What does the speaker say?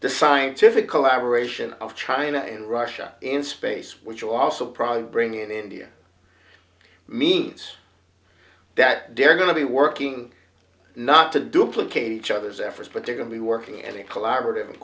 the scientific collaboration of china and russia in space which will also probably bring in india means that they're going to be working not to duplicate each other's efforts but they're going to be working at a collaborative